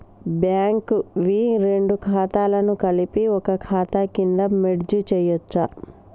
Bank వి రెండు ఖాతాలను కలిపి ఒక ఖాతా కింద మెర్జ్ చేయచ్చా?